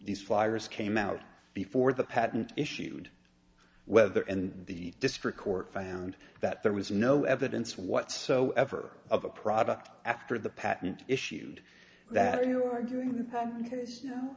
these fires came out before the patent issued weather and the district court found that there was no evidence whatsoever of a product after the patent issued that you are doing